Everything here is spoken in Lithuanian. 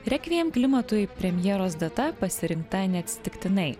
rekviem klimatui premjeros data pasirinkta neatsitiktinai